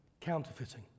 counterfeiting